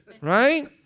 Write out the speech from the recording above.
Right